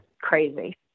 crazy